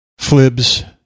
FLIBS